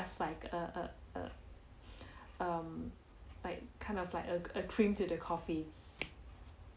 just like a a a um like kind of like a a cream to the coffee